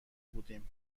بودیم